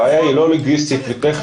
הבעיה היא לא לוגיסטית וטכנית,